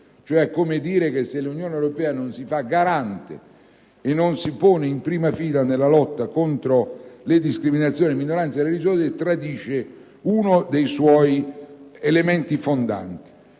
europea. Pertanto, se l'Unione europea non si fa garante e non si pone in prima fila nella lotta contro le discriminazioni delle minoranze religiose tradisce uno dei suoi elementi fondanti.